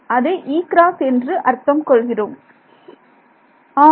அதை E cross என்று அர்த்தம் கொள்கிறோம் ஆம்